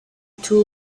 two